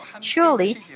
surely